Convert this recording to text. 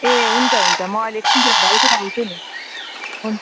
ए हुन्छ हुन्छ म अहिले एकछिन भरेतिर आउँछु नि हुन्छ